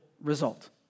result